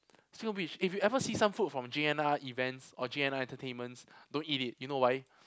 if you ever some food from J_N_R events or J_N_R entertainments don't eat it you know why